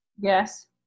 Yes